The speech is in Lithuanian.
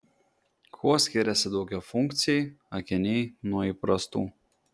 kuo skiriasi daugiafunkciai akiniai nuo įprastų